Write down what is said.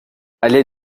allée